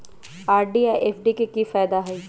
RD आ FD के कि फायदा हई?